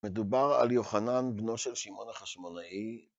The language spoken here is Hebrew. מדובר על יוחנן, בנו של שמעון החשמונאי,